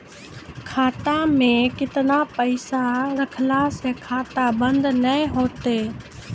खाता मे केतना पैसा रखला से खाता बंद नैय होय तै?